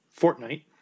Fortnite